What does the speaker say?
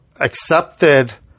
accepted